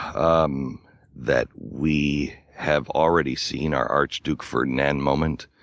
um that we have already seen our arch duke ferdinand moment.